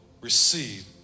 receive